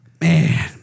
Man